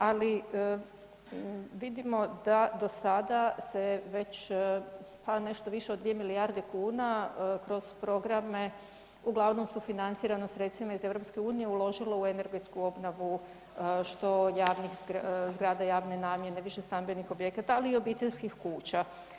Ali vidimo da do sada se već pa nešto više od 2 milijarde kuna kroz programe uglavnom sufinancirano sredstvima iz Europske unije uložilo u energetsku obnovu što javnih zgrada, zgrada javne namjene, više stambenih objekata, ali i obiteljskih kuća.